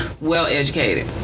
Well-educated